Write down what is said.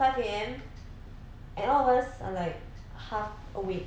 five A_M and all of us are like half awake